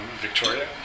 Victoria